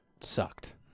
sucked